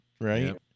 right